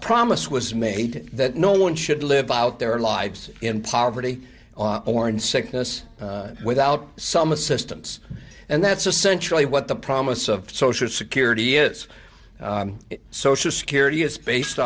promise was made that no one should live out their lives in poverty or in sickness without some assistance and that's essentially what the promise of social security is social security is based